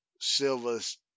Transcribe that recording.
Silva's